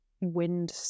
wind